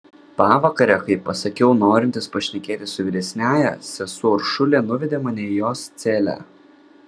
pavakare kai pasakiau norintis pašnekėti su vyresniąja sesuo uršulė nuvedė mane į jos celę